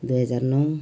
दुई हजार नौ